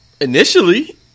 Initially